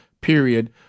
period